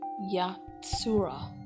yatsura